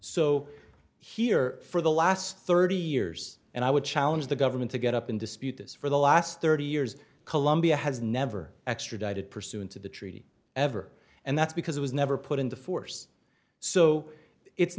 so here for the last thirty years and i would challenge the government to get up and dispute this for the last thirty years colombia has never extradited pursuant to the treaty ever and that's because it was never put into force so it's